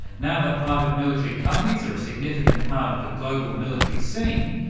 now that private military companies are a significant part of the global military scene,